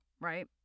right